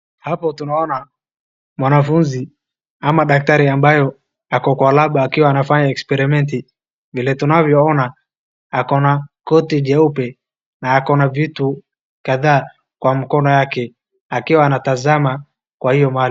Hapo tunaona mwanafunzi ama daktari ambayo ako kwa lab akiwa anafanya experiment , vile tunavyoona ako na koti jeupe na ako na vitu kadhaa kwa mkono yake akiwa anatazama kwa hiyo mali.